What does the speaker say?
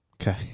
Okay